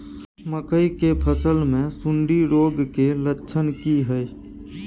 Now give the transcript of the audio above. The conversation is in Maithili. मकई के फसल मे सुंडी रोग के लक्षण की हय?